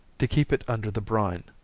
to keep it under the brine.